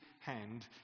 hand